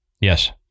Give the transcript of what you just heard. Yes